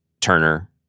Turner